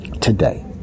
today